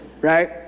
right